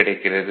கிடைக்கிறது